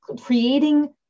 creating